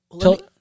tell